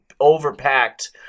overpacked